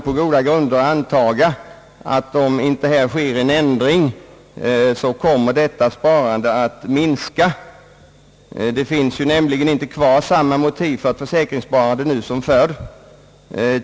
Om inte en ändring sker kan det befaras att försäkringssparandet kommer att minska. Det finns nämligen inte samma motiv till försäkringssparande nu som förr.